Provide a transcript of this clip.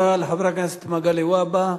תודה לחבר הכנסת מגלי והבה.